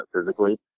physically